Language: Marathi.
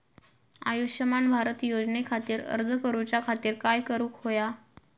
आयुष्यमान भारत योजने खातिर अर्ज करूच्या खातिर काय करुक होया?